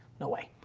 no way.